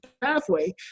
pathway